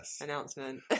announcement